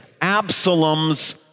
Absalom's